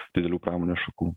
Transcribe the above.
didelių pramonės šakų